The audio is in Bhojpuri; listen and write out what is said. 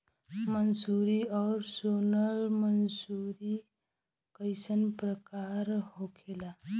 मंसूरी और सोनम मंसूरी कैसन प्रकार होखे ला?